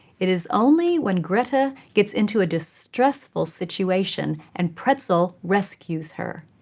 it is only when greta gets into a distressful situation and pretzel rescues her,